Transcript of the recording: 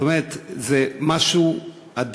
זאת אומרת, זה משהו אדיר.